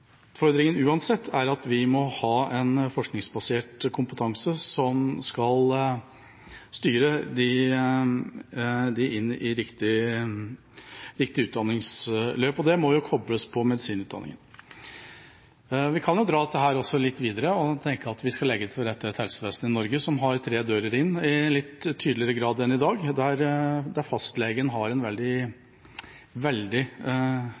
Utfordringen uansett er at vi må ha en forskningsbasert kompetanse som skal styre dem inn i riktig utdanningsløp, og det må kobles på medisinutdanningen. Vi kan også dra dette litt videre og tenke at vi skal legge til rette for et helsevesen i Norge som har tre dører inn i litt tydeligere grad enn i dag. Der fastlegen har en veldig